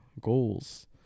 goals